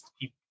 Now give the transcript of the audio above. keep